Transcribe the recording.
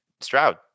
Stroud